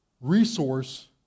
Resource